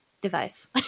device